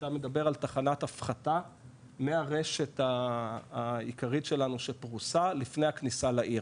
אתה מדבר על תחנת הפחתה מהרשת העיקרית שלנו שפרוסה לפני הכניסה לעיר,